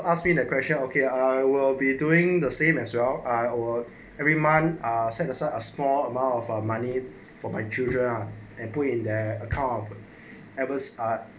ask me the question okay I will be doing the same as well I will every month uh set aside a small amount of money for my children ah and put it in there a carbon ever start